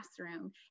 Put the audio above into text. classroom